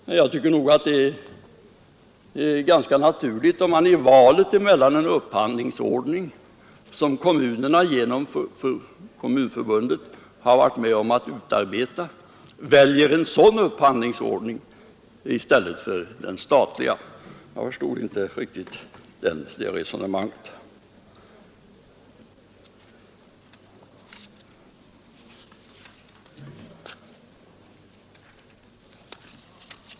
Men jag tycker att det är ganska naturligt om man hellre väljer en upphandlingsordning som kommunerna via Kommunförbundet har varit med om att utarbeta än den statliga upphandlingsordningen. Jag förstod alltså inte riktigt herr Norrbys resonemang.